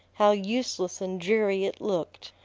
how useless and dreary it looked!